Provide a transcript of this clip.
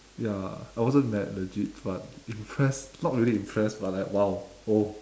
ya I wasn't mad legit but impressed not really impressed but like !wow! oh